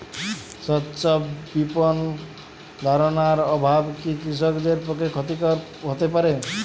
স্বচ্ছ বিপণন ধারণার অভাব কি কৃষকদের পক্ষে ক্ষতিকর হতে পারে?